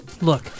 Look